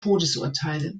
todesurteile